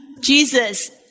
Jesus